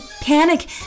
panic